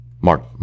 Mark